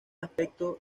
aspecto